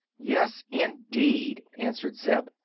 yes, indeed! answered zeb.